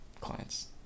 clients